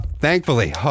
Thankfully